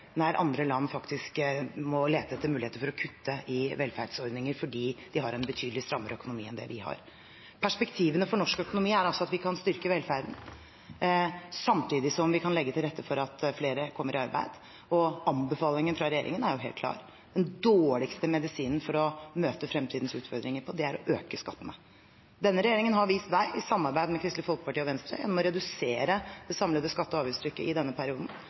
andre land må lete etter muligheter for å kutte i velferdsordninger fordi de har en betydelig strammere økonomi enn det vi har. Perspektivene for norsk økonomi er altså at vi kan styrke velferden samtidig som vi kan legge til rette for at flere kommer i arbeid. Anbefalingen fra regjeringen er helt klar: Den dårligste medisinen å møte fremtidens utfordringer med er å øke skattene. Denne regjeringen har vist vei i samarbeid med Kristelig Folkeparti og Venstre når det gjelder å redusere det samlede skatte- og avgiftstrykket i denne perioden.